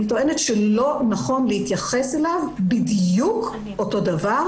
אני טוענת שלא נכון להתייחס אליו בדיוק אותו דבר